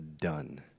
done